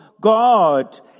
God